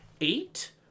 Eight